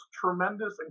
tremendous